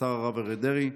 השר הרב אריה דרעי,